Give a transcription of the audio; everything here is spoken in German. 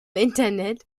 internet